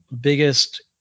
biggest